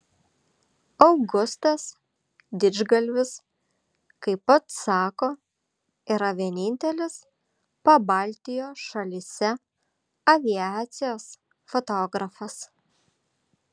augustas didžgalvis kaip pats sako yra vienintelis pabaltijo šalyse aviacijos fotografas